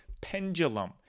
Pendulum